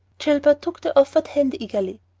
gilbert took the offered hand eagerly.